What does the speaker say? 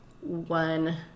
one